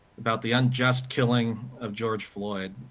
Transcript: about the unjust killing of george floyd.